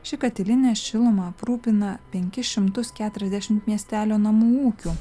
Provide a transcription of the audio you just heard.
ši katilinė šiluma aprūpina penkis šimtus keturiasdešimt miestelio namų ūkių